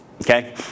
Okay